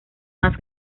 más